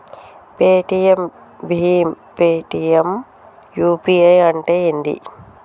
Paytm భీమ్ Paytm UPI అంటే ఏంది?